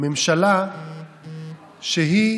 ממשלה שהיא